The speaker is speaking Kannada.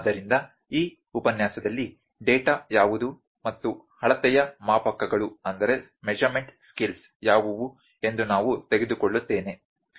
ಆದ್ದರಿಂದ ಈ ಉಪನ್ಯಾಸದಲ್ಲಿ ಡೇಟಾ ಯಾವುದು ಮತ್ತು ಅಳತೆಯ ಮಾಪಕಗಳು ಯಾವುವು ಎಂದು ನಾನು ತೆಗೆದುಕೊಳ್ಳುತ್ತೇನೆ